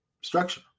structure